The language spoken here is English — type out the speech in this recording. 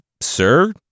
sir